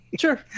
sure